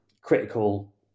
critical